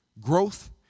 growth